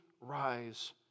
rise